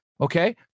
okay